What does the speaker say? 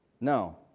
No